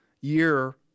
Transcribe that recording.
year